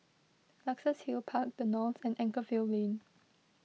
Luxus Hill Park the Knolls and Anchorvale Lane